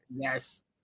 yes